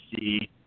see